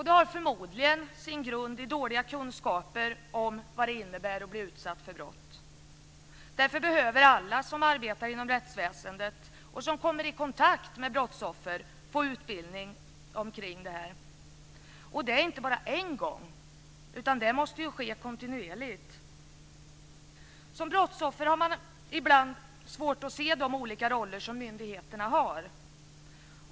Det har förmodligen sin grund i dåliga kunskaper om vad det innebär att bli utsatt för brott. Därför behöver alla som arbetar inom rättsväsendet och som kommer i kontakt med brottsoffer få utbildning kring det här - inte bara en gång, utan kontinuerligt. Som brottsoffer har man ibland svårt att se de olika roller som myndigheterna har.